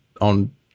on